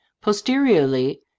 posteriorly